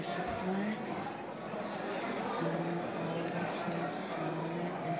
חברות וחברי הכנסת,